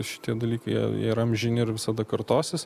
šitie dalykai jie jie yra amžini ir visada kartosis